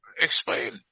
Explain